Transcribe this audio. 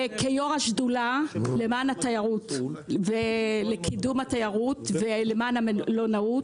כיו"ר השדולה למען התיירות ולקידום התיירות ולמען המלונאות,